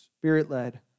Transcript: spirit-led